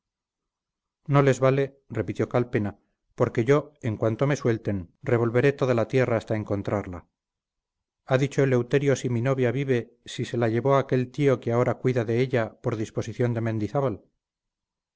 no les vale repitió calpena porque yo en cuanto me suelten revolveré toda la tierra hasta encontrarla ha dicho eleuterio si mi novia vive si se la llevó aquel tío que ahora cuida de ella por disposición de mendizábal